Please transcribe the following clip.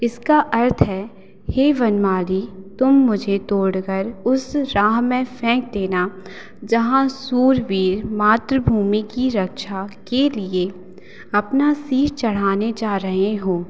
इसका अर्थ है हे वनमाली तुम मुझे तोड़ कर उस राह में फ़ेंक देना जहाँ शूरवीर मातृभूमि की रक्षा के लिए अपना शीष चढ़ाने जा रहे हों